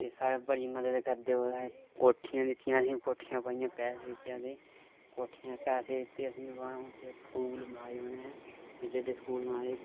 एह् साढ़ै बड़ी मदद करदे कोठियां दित्तियां असेंगी कोठियां पाइयां पैसे दित्ते असेंगी रौह्ने आस्तै